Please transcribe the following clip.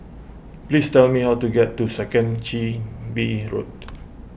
please tell me how to get to Second Chin Bee Road